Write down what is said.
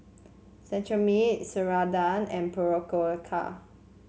Cetrimide Ceradan and Berocca